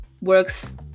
works